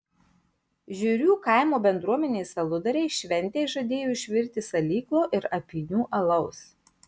žiurių kaimo bendruomenės aludariai šventei žadėjo išvirti salyklo ir apynių alaus